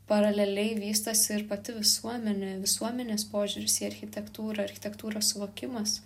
paraleliai vystosi ir pati visuomenė visuomenės požiūris į architektūrą architektūros suvokimas